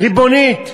ריבונית,